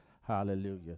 Hallelujah